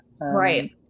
right